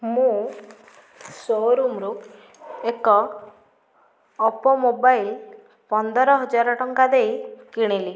ମୁଁ ସୋରୁମ୍ରୁ ଏକ ଓପୋ ମୋବାଇଲ ପନ୍ଦର ହଜାର ଟଙ୍କା ଦେଇ କିଣିଲି